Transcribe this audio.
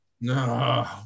no